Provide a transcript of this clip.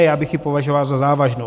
Já bych ji považoval za závažnou.